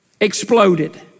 exploded